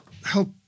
help